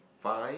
five